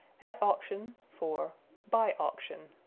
at auction for by auction.